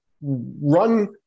run